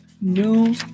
new